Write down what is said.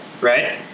right